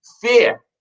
fear